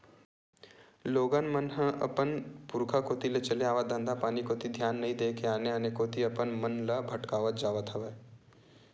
लोगन मन ह अपन पुरुखा कोती ले चले आवत धंधापानी कोती धियान नइ देय के आने आने कोती अपन मन ल भटकावत जावत हवय